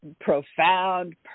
profound